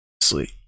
Sleep